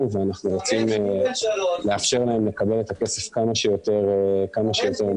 ואנחנו רוצים לאפשר להם לקבל את הכסף כמה שיותר מוקדם.